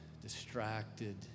distracted